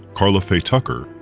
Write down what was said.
carla faye tucker,